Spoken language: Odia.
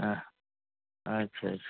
ଆ ଆଚ୍ଛା ଆଚ୍ଛା